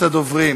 הדוברים: